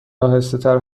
آهستهتر